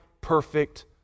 perfect